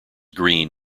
green